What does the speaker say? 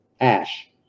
Ash